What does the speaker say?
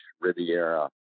Riviera